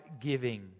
giving